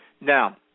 Now